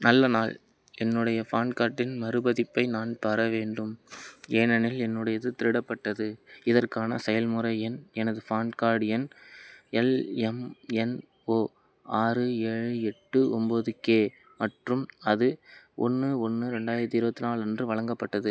நல்ல நாள் என்னுடைய ஃபான் கார்டின் மறுபதிப்பை நான் பெற வேண்டும் ஏனெனில் என்னுடையது திருடப்பட்டது இதற்கான செயல்முறை எண் எனது ஃபான் கார்ட் எண் எல் எம் என் ஓ ஆறு ஏழு எட்டு ஒம்போது கே மற்றும் அது ஒன்று ஒன்று ரெண்டாயிரத்தி இருபத்து நாலு அன்று வழங்கப்பட்டது